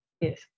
Yes